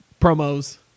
promos